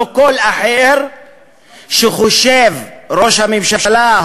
לא כל אחר שחושב ראש הממשלה,